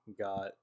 Got